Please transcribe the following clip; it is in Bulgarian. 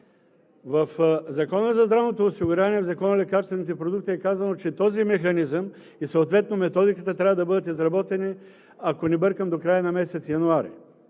В Закона за здравното осигуряване, в Закона за лекарствените продукти е казано, че този механизъм и съответно методиката трябва да бъдат изработени, ако не бъркам, до края на месец януари.